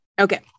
Okay